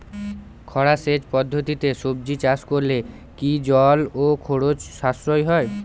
খরা সেচ পদ্ধতিতে সবজি চাষ করলে কি জল ও খরচ সাশ্রয় হয়?